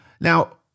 Now